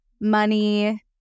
money